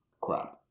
crap